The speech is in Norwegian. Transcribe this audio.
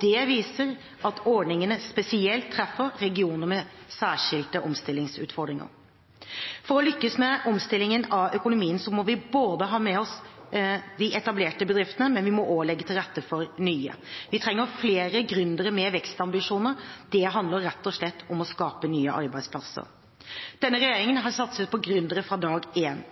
Det viser at ordningene spesielt treffer regioner med særskilte omstillingsutfordringer. For å lykkes med omstilling av økonomien må vi ha med oss de etablerte bedriftene, men vi må også legge til rette for nye. Vi trenger flere gründere med vekstambisjoner. Det handler rett og slett om å skape nye arbeidsplasser. Denne regjeringen har satset på gründere fra dag